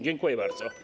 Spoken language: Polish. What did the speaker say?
Dziękuję bardzo.